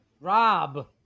Rob